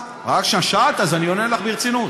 אז אני עונה לך ברצינות.